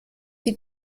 die